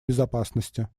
безопасности